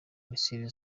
misile